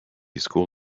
school